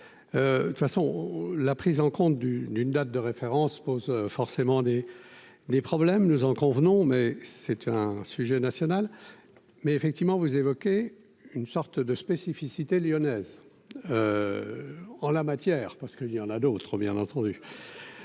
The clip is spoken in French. de toute façon la prise en compte du d'une date de référence pose forcément des des problèmes, nous en convenons mais c'est un sujet national, mais effectivement, vous évoquez une sorte de spécificité lyonnaise en la matière parce qu'il y en a d'autres bien entendu